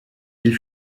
ils